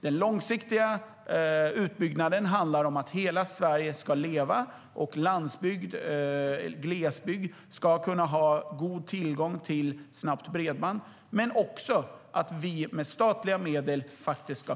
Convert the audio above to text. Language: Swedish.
Den långsiktiga utbyggnaden handlar om att hela Sverige ska leva, och landsbygd och glesbygd ska ha god tillgång till snabbt bredband. Men vi ska också, med statliga medel,